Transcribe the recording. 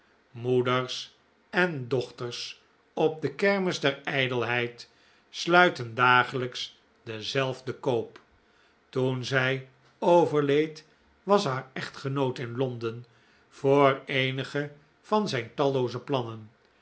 moeders en dochters op de kermis der ijdelheid sluiten dagelijks denzelfden koop toen zij overleed was haar echtgenoot in londen voor eenige van zijn tallooze plannen